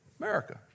America